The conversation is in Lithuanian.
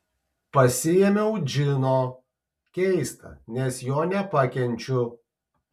pasiėmiau džino keista nes jo nepakenčiu